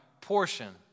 portion